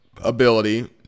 ability